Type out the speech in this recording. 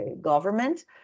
government